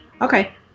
Okay